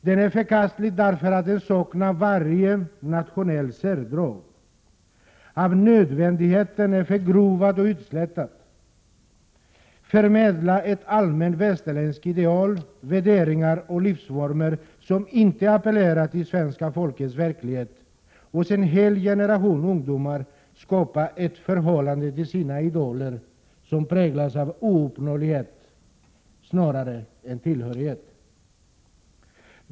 Den är förkastlig därför att den saknar varje nationellt särdrag, därför att den av nödvändighet är förgrovad och utslätad, därför att den förmedlar ett allmänt västerländskt ideal, värderingar och livsformer som inte appellerar till svenska folkets verklighet och därför att den hos en hel generation ungdomar skapar ett förhållande till deras idoler som präglas av ouppnåelighet snarare än av tillhörighet.